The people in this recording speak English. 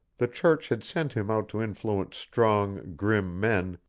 the church had sent him out to influence strong, grim men,